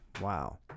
Wow